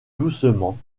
doucement